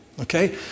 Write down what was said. Okay